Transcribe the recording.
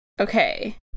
Okay